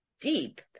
deep